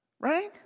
Right